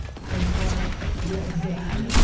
voiced by alexa, right. yeah, exactly.